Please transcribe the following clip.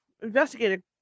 investigated